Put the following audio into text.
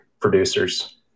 producers